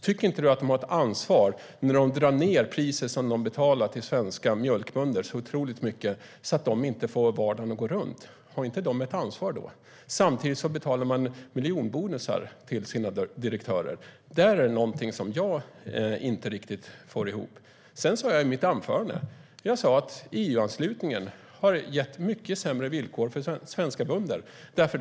Tycker inte du att de har ett ansvar när de drar ned priset som de betalar till svenska mjölkbönder så otroligt mycket att de inte får vardagen att gå runt? Har inte de ett ansvar då? Samtidigt betalar de miljonbonusar till sina direktörer. Det är någonting som jag inte riktigt får ihop. Jag sa i mitt anförande att EU-anslutningen har gett mycket sämre villkor för svenska bönder.